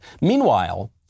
Meanwhile